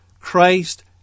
Christ